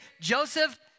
Joseph